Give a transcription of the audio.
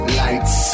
lights